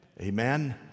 Amen